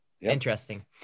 Interesting